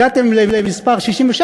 הגעתם למספר 67,